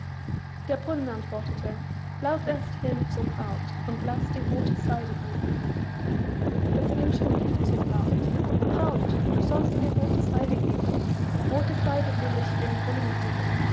der brunnen antwortete lauf erst hin zur braut und laß dir rothe seide geben das hähnchen lief zur braut braut du sollst mir rothe seide geben rothe seide will ich dem brunnen geben